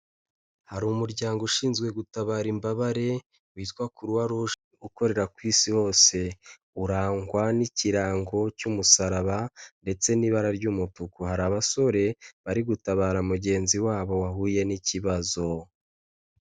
Hari umuryango ushinzwe gutabara imbabare, witwa Croix Rouge ukorera ku Isi hose, urangwa n'ikirango cy'umusaraba ndetse n'ibara ry'umutuku, hari abasore bari gutabara mugenzi wabo wahuye n'ikibazo.